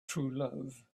truelove